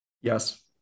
Yes